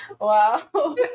Wow